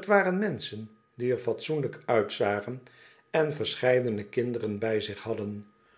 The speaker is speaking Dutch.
t waren menschen die er fatsoenlijk uitzagen en verscheidene kinderen bij zich hadden